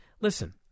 Listen